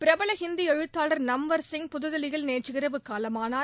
பிரபல ஹிந்தி எழுத்தாளர் நம்வர்சிங் புதுதில்லியில் நேற்றிரவு காலமானார்